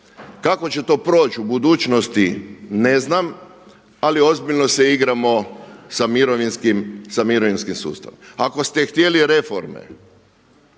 Kako će to proći u budućnosti ne znam, ali ozbiljno se igramo sa mirovinskim sustavom. Ako ste htjeli reforme